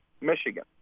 Michigan